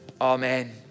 Amen